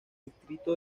distrito